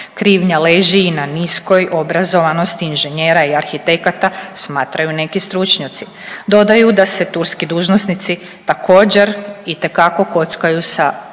Krivnja leži i na niskoj obrazovanosti inženjera i arhitekata smatraju neki stručnjaci. Dodaju da se turski dužnosnici također itekako kockaju sa